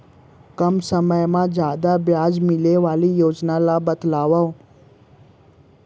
कम समय मा जादा ब्याज मिले वाले योजना ला बतावव